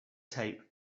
tape